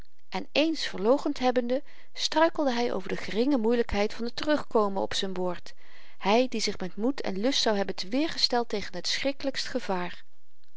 en eens verloochend hebbende struikelde hy over de geringe moeielykheid van t terugkomen op z'n woord hy die zich met moed en lust zou hebben teweer gesteld tegen t schrikkelykst gevaar